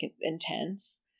intense